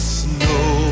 snow